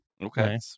Okay